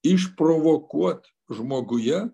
išprovokuot žmoguje